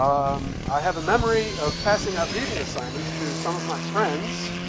um i have a memory of passing out reading assignments to some of my friends.